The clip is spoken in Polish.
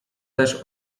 też